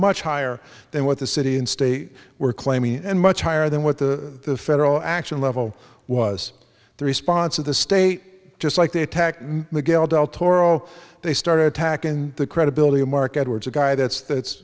much higher than what the city and state were claiming and much higher than what the federal action level was the response of the state just like they attacked me miguel del toro they started attacking the credibility of mark edwards a guy that's that's